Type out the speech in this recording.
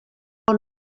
bon